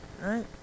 right